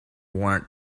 warrant